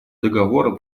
договора